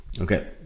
Okay